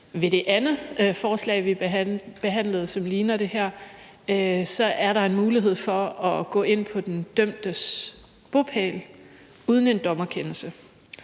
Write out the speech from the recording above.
ved det andet forslag, vi behandlede, som ligner det her, er der en mulighed for at gå ind på den dømtes bopæl uden en dommerkendelse,